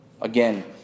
Again